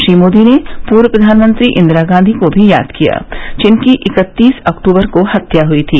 श्री मोदी ने पूर्व प्रधानमंत्री इंदिरा गांधी को भी याद किया जिनकी इकत्तीस अक्तूबर को ही हत्या हई थी